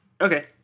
Okay